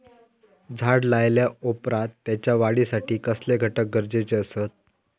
झाड लायल्या ओप्रात त्याच्या वाढीसाठी कसले घटक गरजेचे असत?